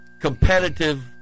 competitive